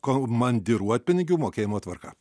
komandiruotpinigių mokėjimo tvarką